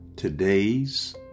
Today's